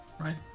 right